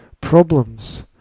Problems